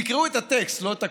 תקראו את הטקסט, לא את הכותרות.